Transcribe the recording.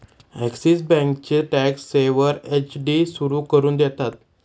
axis बँकेचे tax saver FD सुरू करून देतात